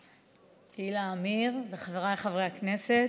עמיר וחבריי חברי הכנסת,